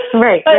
Right